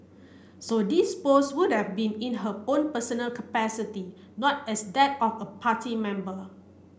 so these post would've been in her own personal capacity not as that of a party member